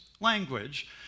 language